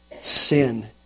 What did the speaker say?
sin